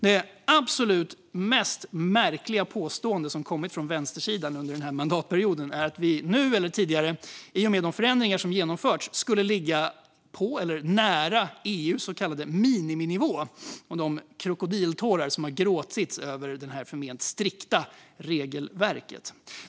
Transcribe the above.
Det absolut mest märkliga påstående som kommit från vänstersidan under den här mandatperioden är att vi i och med de förändringar som genomförts skulle ligga på eller nära EU:s så kallade miniminivå, och det har gråtits krokodiltårar över detta förment strikta regelverk.